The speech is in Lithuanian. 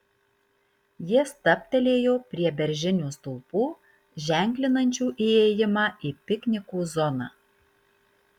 jie stabtelėjo prie beržinių stulpų ženklinančių įėjimą į piknikų zoną